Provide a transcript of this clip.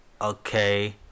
okay